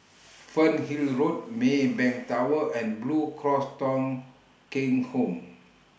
Fernhill Road Maybank Tower and Blue Cross Thong Kheng Home